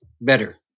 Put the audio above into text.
better